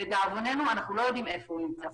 לדאבוננו אנחנו לא יודעים איפה הוא נמצא.